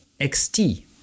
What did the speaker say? XT